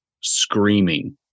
screaming